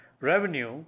Revenue